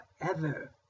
forever